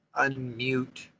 unmute